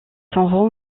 son